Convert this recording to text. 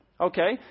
okay